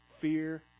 fear